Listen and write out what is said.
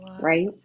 right